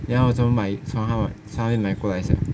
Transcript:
then 我怎么买从他从他那边买过来 sia